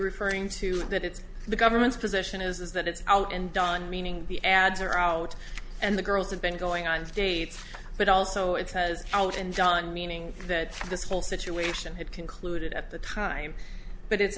referring to that it's the government's position is that it's out and done meaning the ads are out and the girls have been going on dates but also it says out in john meaning that this whole situation had concluded at the time but it's